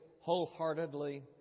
wholeheartedly